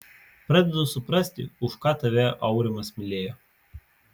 pradedu suprasti už ką tave aurimas mylėjo